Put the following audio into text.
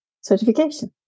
certification